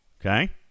Okay